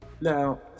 Now